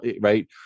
right